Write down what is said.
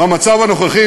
במצב הנוכחי,